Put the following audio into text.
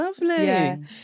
Lovely